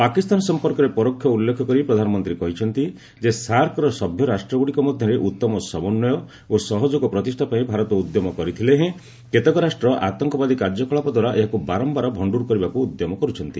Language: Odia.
ପାକିସ୍ତାନ ସଂପର୍କରେ ପରୋକ୍ଷ ଉଲ୍ଲେଖ କରି ପ୍ରଧାନମନ୍ତ୍ରୀ କହିଛନ୍ତି ଯେ ସାର୍କର ସଭ୍ୟରାଷ୍ଟ୍ରଗୁଡ଼ିକ ମଧ୍ୟରେ ଉତ୍ତମ ସମନ୍ୱୟ ଓ ସହଯୋଗ ପ୍ରତିଷା ପାଇଁ ଭାରତ ଉଦ୍ୟମ କରିଥିଲେ ହେଁ କେତେକ ରାଷ୍ଟ୍ର ଆତଙ୍କବାଦୀ କାର୍ଯ୍ୟକଳାପ ଦ୍ୱାରା ଏହାକୁ ବାରମ୍ଘାର ଭଣ୍ଟୁର କରିବାକୁ ଉଦ୍ୟମ କରୁଛନ୍ତି